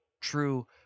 true